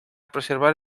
preservar